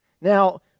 Now